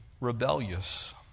rebellious